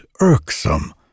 irksome